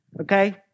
Okay